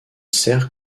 sert